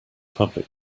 public